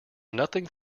nothing